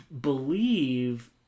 believe